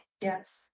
Yes